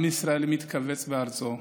עם ישראל מתקבץ בארצו,